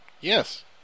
yes